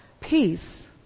peace